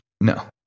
No